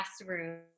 classroom